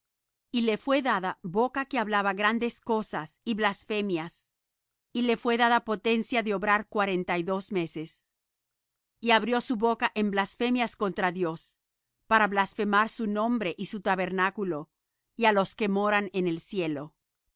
y le fué dada boca que hablaba grandes cosas y blasfemias y le fué dada potencia de obrar cuarenta y dos meses y abrió su boca en blasfemias contra dios para blasfemar su nombre y su tabernáculo y á los que moran en el cielo